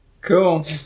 Cool